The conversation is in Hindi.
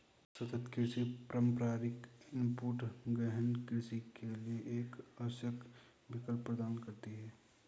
सतत कृषि पारंपरिक इनपुट गहन कृषि के लिए एक आवश्यक विकल्प प्रदान करती है